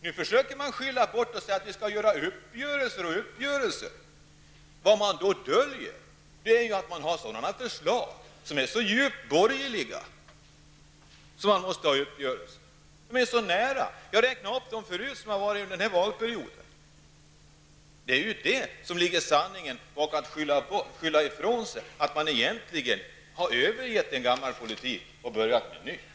Nu försöker socialdemokraterna skylla ifrån sig genom att betona vikten av uppgörelser. Det är ett sätt att dölja att man har så djupt borgerliga förslag att man måste träffa uppgörelser. Socialdemokraterna ligger väldigt nära de borgerliga partierna. Jag räknade tidigare upp de förslag som gått igenom under den här mandatperioden. Socialdemokraterna skyller ifrån sig när de egentligen bara har övergivit en gammal politik och börjat att föra en ny.